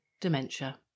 dementia